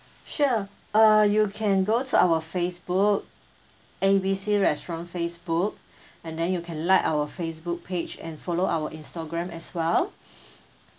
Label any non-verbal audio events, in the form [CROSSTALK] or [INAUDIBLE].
sure uh you can go to our Facebook A B C restaurant Facebook [BREATH] and then you can like our Facebook page and follow our Instagram as well [BREATH]